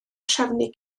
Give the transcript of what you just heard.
trefnu